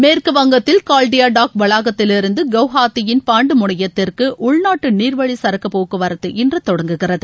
மேற்கு வங்கத்தில் கால்டியா டாக் வளாகத்திலிருந்து குவஹாத்தியின் பாண்டு முனையத்திற்கு உள்நாட்டு நீர் வழி சரக்கு போக்குவரத்து இன்று தொடங்குகிறது